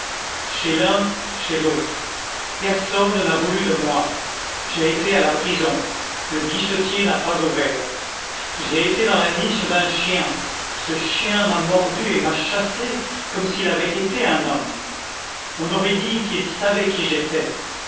chez l'un chez l'autre personne n'a voulu de moi j'ai été à la prison le guichetier n'a pas ouvert j'ai été dans la niche d'un chien ce chien m'a mordu et m'a chassé comme s'il avait été un homme on aurait dit qu'il savait qui j'étais